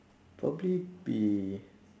probably be